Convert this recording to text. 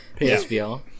PSVR